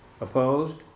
Opposed